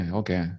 okay